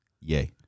Yay